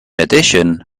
addition